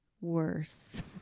worse